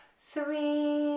three,